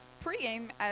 Pre-game